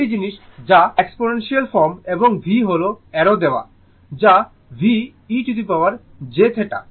আরেকটি জিনিস যা এক্সপোনেন্সিয়াল ফর্ম এবং V হল অ্যারো দেওয়া যা V e jθ